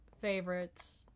favorites